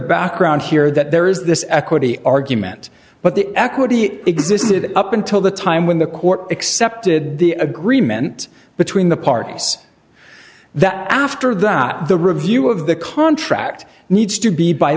background here that there is this equity argument but the equity existed up until the time when the court accepted the agreement between the parties that after that the review of the contract needs to be by